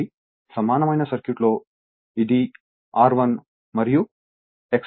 కాబట్టి సమానమైన సర్క్యూట్లో ఇది R1 మరియు X1